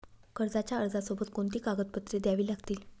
कर्जाच्या अर्जासोबत कोणती कागदपत्रे द्यावी लागतील?